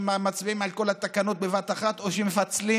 מצביעים על כל התקנות בבת אחת או שמפצלים.